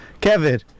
Kevin